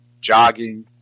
jogging